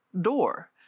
door